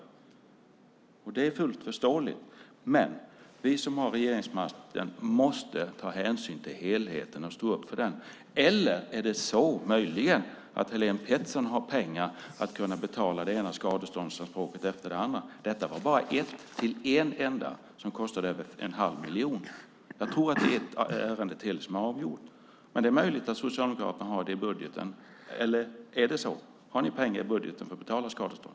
Det är fullt förståeligt, men vi som har regeringsmakten måste ta hänsyn till helheten och stå upp för den. Är det möjligen så att Helén Pettersson har pengar för att kunna betala det ena skadeståndsanspråket efter det andra? Detta var bara ett, till ett enda företag, som kostade över en halv miljon. Jag tror att det är ett ärende till som är avgjort. Det är möjligt att Socialdemokraterna har det i budgeten. Är det så? Har ni pengar i budgeten för att betala skadestånd?